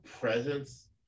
presence